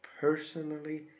personally